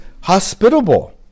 hospitable